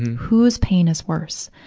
whose pain is worse?